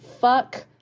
Fuck